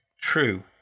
true